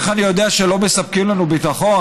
איך אני יודע שהם לא מספקים לנו ביטחון?